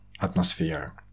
atmosphere